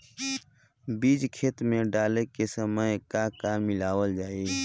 बीज खेत मे डाले के सामय का का मिलावल जाई?